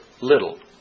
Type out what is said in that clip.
little